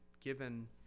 given